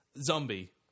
Zombie